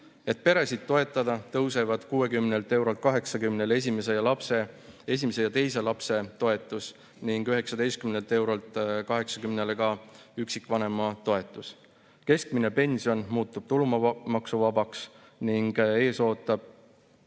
Perede toetamiseks tõusevad 60 eurolt 80‑le esimese ja teise lapse toetus ning 19 eurolt 80‑le üksikvanema toetus. Keskmine pension muutub tulumaksuvabaks ning ees ootab